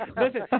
Listen